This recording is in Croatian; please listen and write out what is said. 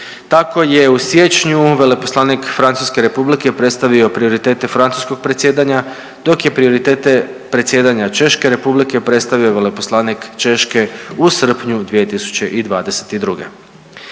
Tako je u siječnju veleposlanik Francuske Republike predstavio prioritete francuskog predsjedanja dok je prioritete predsjedanje Češke Republike predstavio veleposlanik Češke u srpnju 2022.